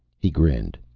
he grinned.